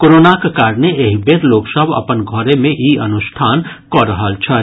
कोरोनाक कारणे एहि बेर लोक सभ अपन घरे मे ई अनुष्ठान कऽ रहल छथि